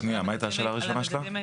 היא שאלה על המדדים האיכותיים.